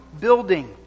building